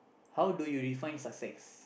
how do you refine success